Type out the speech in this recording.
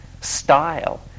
style